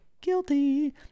guilty